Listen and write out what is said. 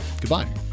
Goodbye